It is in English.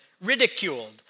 ridiculed